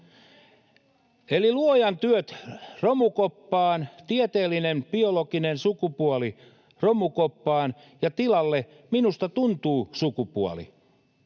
Eli Luojan työt romukoppaan, tieteellinen, biologinen sukupuoli romukoppaan, ja tilalle ”minusta tuntuu” -sukupuoli.